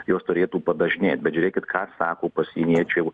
jos turėtų padažnėt bet žiūrėkit ką sako pasieniečių